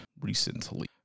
recently